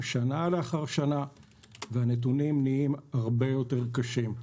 שנה אחר שנה והנתונים נהיים הרבה יותר קשים.